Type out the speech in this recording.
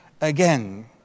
again